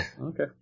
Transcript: Okay